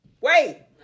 Wait